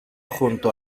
junto